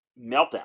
meltdown